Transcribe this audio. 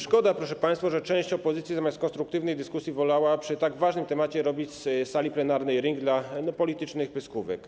Szkoda, proszę państwa, że część opozycji zamiast konstruktywnej dyskusji wolała przy tak ważnym temacie robić z sali plenarnej ring dla politycznych pyskówek.